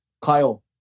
Kyle